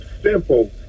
simple